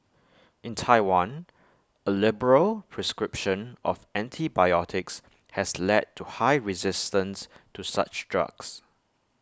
in Taiwan A liberal prescription of antibiotics has led to high resistance to such drugs